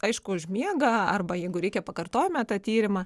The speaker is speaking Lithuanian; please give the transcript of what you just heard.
aišku užmiega arba jeigu reikia pakartojame tą tyrimą